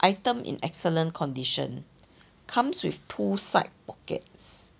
item in excellent condition comes with two side pockets